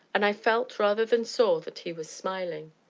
and i felt, rather than saw, that he was smiling.